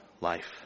life